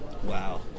Wow